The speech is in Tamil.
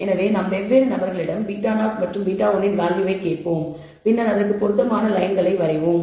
எனவே நாம் வெவ்வேறு நபர்களிடம் β0 மற்றும் β1 இன் வேல்யூவை கேட்போம் பின்னர் அதற்கு பொருத்தமான லயன்களை வரைவோம்